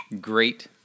great